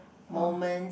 moment